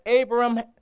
Abram